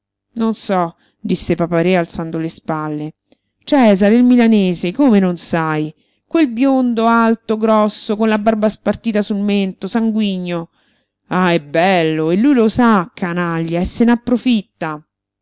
non so disse papa-re alzando le spalle cesare il milanese come non sai quel biondo alto grosso con la barba spartita sul mento sanguigno ah è bello e lui lo sa canaglia e se n'approfitta